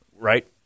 right